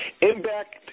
Impact